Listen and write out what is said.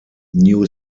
new